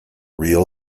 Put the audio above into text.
real